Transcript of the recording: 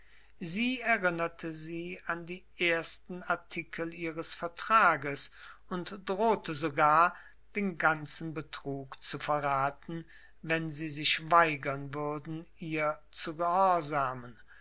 sie erinnerte sie an die ersten artikel ihres vertrages und drohte sogar den ganzen betrug zu verraten wenn sie sich weigern würden ihr zu